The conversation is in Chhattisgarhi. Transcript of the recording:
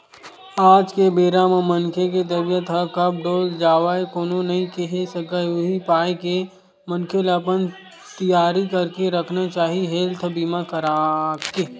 आज के बेरा म मनखे के तबीयत ह कब डोल जावय कोनो नइ केहे सकय उही पाय के मनखे ल अपन तियारी करके रखना चाही हेल्थ बीमा करवाके